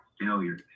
failure